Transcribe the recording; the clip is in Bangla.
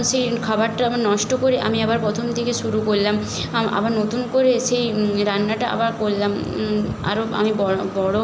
সেই খাবারটা আমার নষ্ট করে আমি আবার প্রথম থেকে শুরু করলাম আবার নতুন করে সেই রান্নাটা আবার করলাম আরও আমি বড়